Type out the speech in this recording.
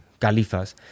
Califas